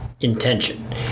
Intention